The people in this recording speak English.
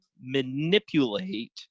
manipulate